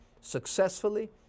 successfully